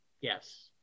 Yes